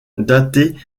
datée